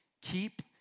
Keep